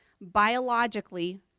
Biologically